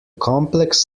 complex